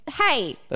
Hey